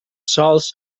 sols